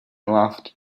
laughed